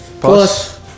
Plus